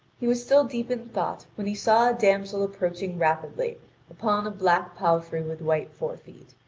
he was still deep in thought when he saw a damsel approaching rapidly upon a black palfrey with white forefeet.